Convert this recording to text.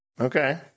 Okay